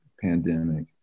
pandemic